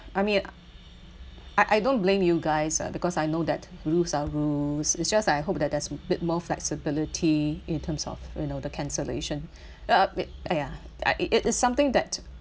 I mean I I don't blame you guys lah because I know that rules are rules it's just like I hope that there's a bit more flexibility in terms of you know the cancellation uh a bit !aiya! I it is something that